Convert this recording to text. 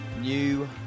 new